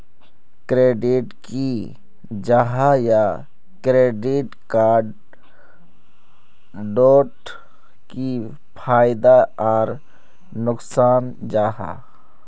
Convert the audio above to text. Credit की जाहा या क्रेडिट कार्ड डोट की फायदा आर नुकसान जाहा?